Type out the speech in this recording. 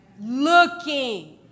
looking